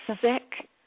sick